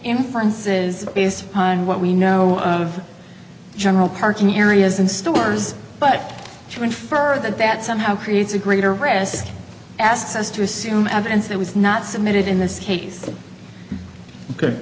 inferences based upon what we know of general parking areas and stores but to infer that that somehow creates a greater risk asks us to assume evidence that was not submitted in this case